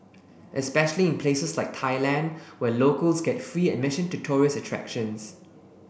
especially in places like Thailand where locals get free admission to tourist attractions